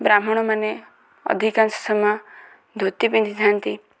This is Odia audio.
ବ୍ରାହ୍ମଣ ମାନେ ଅଧିକାଂଶ ସମୟ ଧୋତି ପିନ୍ଧିଥାନ୍ତି